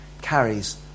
carries